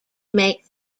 make